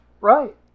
Right